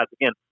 again